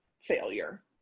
failure